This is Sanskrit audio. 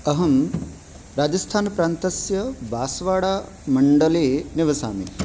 अहं राजस्थानप्रान्तस्य बासवाडामण्डले निवसामि